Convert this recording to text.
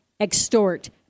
extort